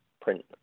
print